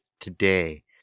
today